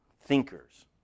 thinkers